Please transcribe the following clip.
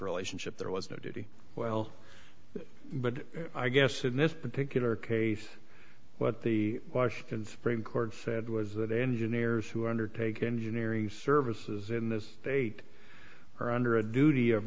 relationship there was no duty well but i guess in this particular case what the washington supreme court said was that engineers who undertake engineering services in this state are under a duty of